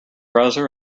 browser